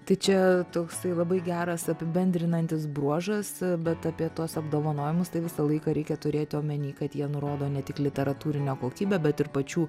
tai čia toksai labai geras apibendrinantis bruožas bet apie tuos apdovanojimus tai visą laiką reikia turėti omeny kad jie nurodo ne tik literatūrinę kokybę bet ir pačių